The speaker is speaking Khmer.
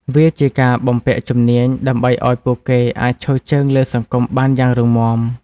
វាជាការបំពាក់ជំនាញដើម្បីឱ្យពួកគេអាចឈរជើងលើសង្គមបានយ៉ាងរឹងមាំ។